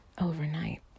overnight